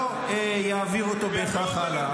-- אבל לא יעבירו אותו בהכרח הלאה.